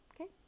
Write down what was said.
okay